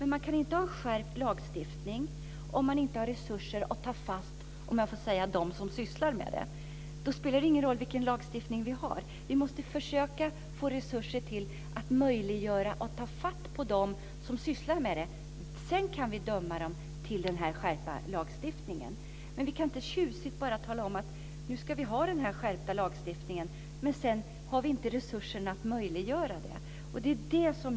Men man kan inte ha en skärpt lagstiftning om man inte har resurser att ta fast dem som sysslar med smuggling. Då spelar det ingen roll vilken lagstiftning vi har. Vi måste försöka få resurser till att möjliggöra att de sysslar med detta tas fast. Sedan kan vi döma dem efter den skärpta lagstiftningen. Vi kan inte bara tjusigt tala om att nu ska vi ha den här skärpta lagstiftningen, men sedan inte ha resurser att förverkliga den.